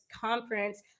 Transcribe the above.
conference